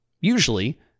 usually